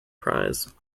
prize